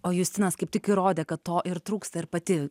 o justinas kaip tik įrodė kad to ir trūksta ir pati